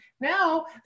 now